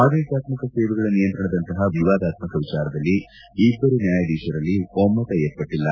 ಆಡಳಿತಾತ್ಮಕ ಸೇವೆಗಳ ನಿಯಂತ್ರಣದಂತಹ ವಿವಾದಾತ್ಮಕ ವಿಚಾರದಲ್ಲಿ ಇಬ್ಬರು ನ್ಯಾಯಾಧೀಶರಲ್ಲಿ ಒಮ್ತ ಏರ್ಪಟ್ಟಲ್ಲ